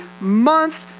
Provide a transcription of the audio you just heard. month